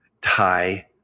Thai